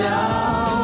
now